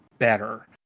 better